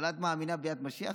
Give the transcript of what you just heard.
אבל את מאמינה בביאת משיח,